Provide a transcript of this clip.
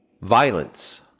Violence